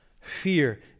Fear